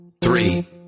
three